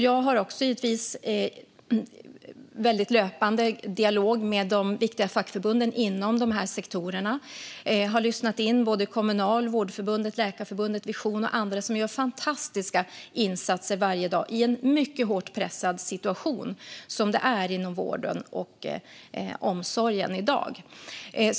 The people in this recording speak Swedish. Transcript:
Jag har givetvis en löpande dialog med de viktiga fackförbunden inom de här sektorerna. Jag har lyssnat in Kommunal, Vårdförbundet, Läkarförbundet, Vision och andra som gör fantastiska insatser varje dag i en mycket hårt pressad situation, som det är inom vården och omsorgen i dag.